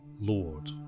Lord